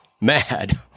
mad